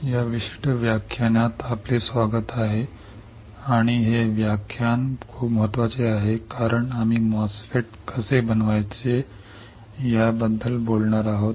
या विशिष्ट व्याख्यानात आपले स्वागत आहे आणि हे व्याख्यान खूप महत्वाचे आहे कारण आम्ही MOSFET कसे बनवायचे याबद्दल बोलणार आहोत